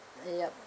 ya